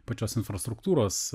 pačios infrastruktūros